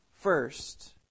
First